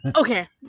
okay